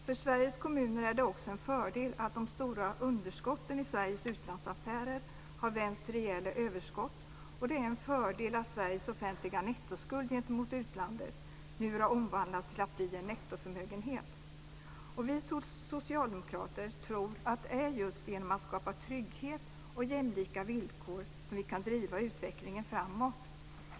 För Sveriges kommuner är det också en fördel att de stora underskotten i Sveriges utlandsaffärer har vänts till rejäla överskott, och det är en fördel att Sveriges offentliga nettoskuld gentemot utlandet nu har omvandlats till att bli en nettoförmögenhet. Vi socialdemokrater tror att det är just genom att skapa trygghet och jämlika villkor som vi kan driva utvecklingen framåt.